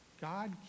God